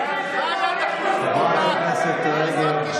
מה היה דחוף, מה, לעשות משאל טלפוני?